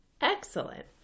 Excellent